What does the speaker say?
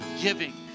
giving